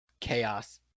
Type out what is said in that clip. chaos